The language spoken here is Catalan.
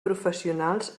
professionals